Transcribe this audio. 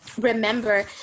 remember